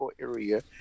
area